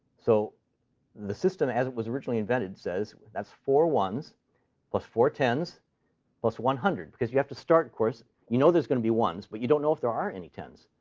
so the system as it was originally invented says, that's four ones plus four tens plus one hundred. because you have to start, of course you know there's going to be ones, but you don't know if there are any tens.